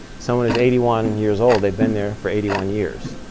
someone is eighty one years old. they've been there for eighty one years.